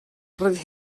roedd